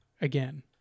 again